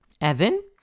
evan